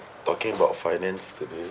talking about finance today